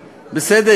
בסדר?